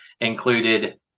included